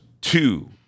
Two